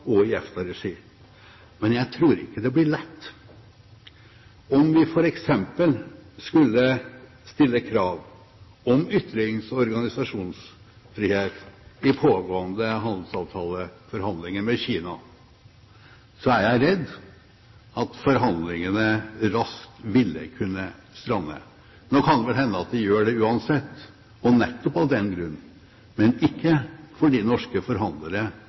og i EFTA-regi. Jeg tror ikke det blir lett. Om vi for eksempel skulle stille krav om ytrings- og organisasjonsfrihet i de pågående handelsavtaleforhandlinger med Kina, er jeg redd at forhandlingene raskt ville kunne strande. Nå kan det vel hende at de gjør det uansett, og nettopp av den grunn, men ikke fordi norske forhandlere